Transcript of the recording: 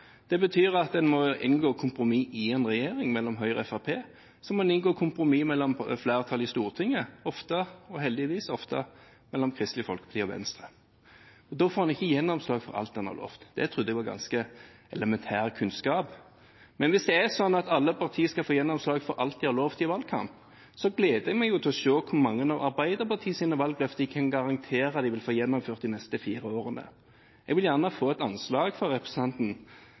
Det betyr at en må inngå kompromiss i en regjering mellom Høyre og Fremskrittspartiet. Så må en inngå kompromiss med flertallet i Stortinget og – heldigvis ofte – med Kristelig Folkeparti og Venstre. Da får en ikke gjennomslag for alt en har lovet. Det trodde jeg var ganske elementær kunnskap. Men hvis det er sånn at alle partier skal få gjennomslag for alt de har lovet i valgkamp, gleder jeg meg til å se hvor mange av Arbeiderpartiets valgløfter de kan garantere de vil få gjennomført de neste fire årene. Jeg vil gjerne få et anslag fra representanten.